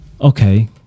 okay